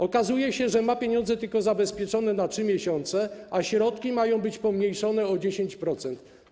Okazuje się, że pieniądze ma zabezpieczone tylko na 3 miesiące, a środki mają być pomniejszone o 10%.